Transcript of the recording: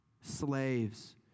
Slaves